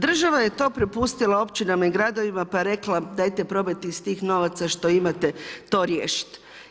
Država je to prepustila općinama i gradovima pa je rekla dajte probajte iz tih novaca što imate to riješiti.